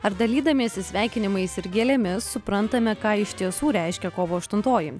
ar dalydamiesi sveikinimais ir gėlėmis suprantame ką iš tiesų reiškia kovo aštuntoji